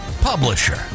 publisher